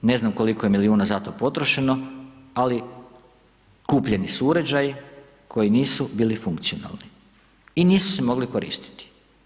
Ne znam koliko je milijuna za to potrošeno ali kupljeni su uređaji koji nisu bili funkcionalni i nisu se mogli koristiti.